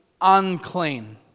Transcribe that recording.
unclean